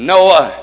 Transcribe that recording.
Noah